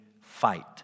fight